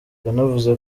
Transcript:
yanavuze